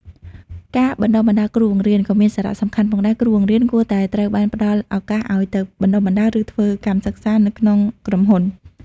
ការបណ្តុះបណ្តាលគ្រូបង្រៀន ក៏មានសារៈសំខាន់ផងដែរ គ្រូបង្រៀនគួរតែត្រូវបានផ្តល់ឱកាសឱ្យទៅបណ្តុះបណ្តាល ឬធ្វើកម្មសិក្សានៅក្នុងក្រុមហ៊ុន